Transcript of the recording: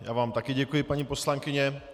Já vám také děkuji, paní poslankyně.